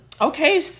Okay